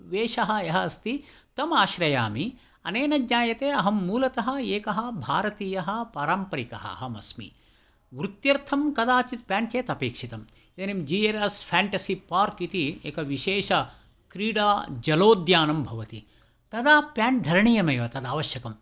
वेषः यः अस्ति तम् आश्रयामि अनेन ज्ञायते अहं मूलतः एकः भारतीयः पारम्परिकः अहम् अस्मि वृत्यर्थं कदाचित् पेण्ट् अपेक्षितम् इदानीं जि आर् एस् फेण्टसिपार्क् इति एकविशेषक्रीडा जलोद्यानं भवति तदा पेण्ट् धरणीयमेव तदा अवश्यकम्